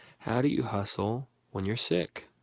how do you hustle when you're sick?